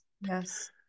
Yes